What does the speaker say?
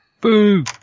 Boo